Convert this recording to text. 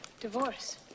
Divorce